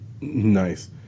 Nice